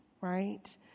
right